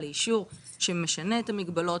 הרגולציה שמשתנה והקשב לתחרות,